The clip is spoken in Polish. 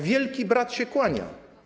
Wielki brat się kłania.